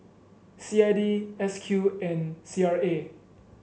C I D S Q and C R A